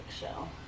show